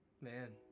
Man